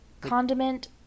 condiment